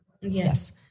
Yes